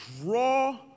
draw